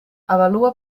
avalua